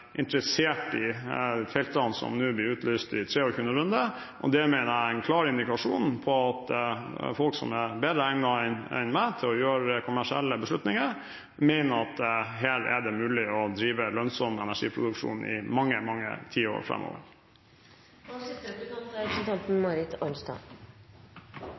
interessert i feltene som nå blir utlyst i den 23. runden. Det mener jeg er en klar indikasjon på at folk som er mer egnet enn jeg til å gjøre kommersielle beslutninger, mener at det her er mulig å drive lønnsom energiproduksjon i mange tiår framover. Jeg synes representanten Elvestuen hadde et